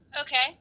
Okay